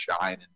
shine